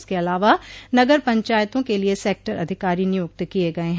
इसके अलावा नगर पंचायतों के लिये सेक्टर अधिकारी नियुक्त किये गये हैं